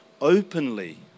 openly